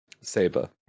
saber